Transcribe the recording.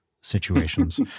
Situations